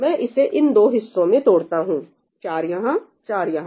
मैं इसे इन 2 हिस्सों में तोड़ता हूं चार यहां चार यहां